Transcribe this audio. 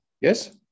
Yes